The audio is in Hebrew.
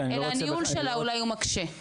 אלא הניהול שלה אולי הוא מקשה.